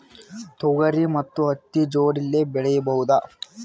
ತೊಗರಿ ಮತ್ತು ಹತ್ತಿ ಜೋಡಿಲೇ ಬೆಳೆಯಬಹುದಾ?